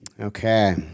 Okay